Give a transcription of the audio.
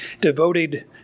devoted